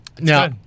Now